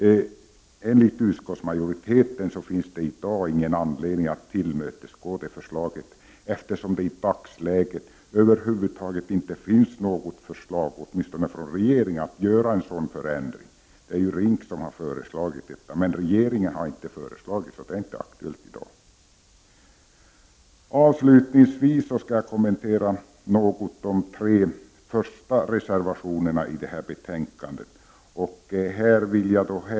Enligt utskottsmajoriteten finns det i dag ingen anledning att tillmötesgå det förslaget, eftersom det i dagsläget inte finns något förslag från regeringen att göra en sådan förändring — det är ju RINK som har föreslagit detta. Det är alltså inte aktuellt i dag. Avslutningsvis vill jag något kommentera de tre första reservationerna i betänkandet.